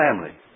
family